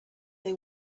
they